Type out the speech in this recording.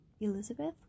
Elizabeth